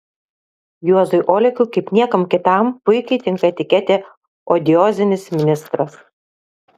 juozui olekui kaip niekam kitam puikiai tinka etiketė odiozinis ministras